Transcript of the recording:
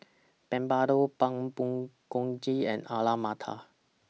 Papadum Pork Bulgogi and Alu Matar